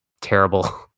terrible